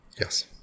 yes